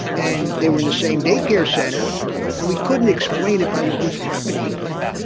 and they were in the same day care centre and we couldn't explain it by what was happening to them.